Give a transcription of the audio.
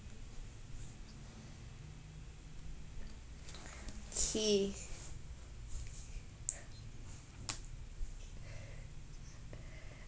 kay